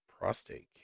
prostate